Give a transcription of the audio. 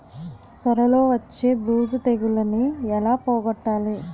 సొర లో వచ్చే బూజు తెగులని ఏల పోగొట్టాలి?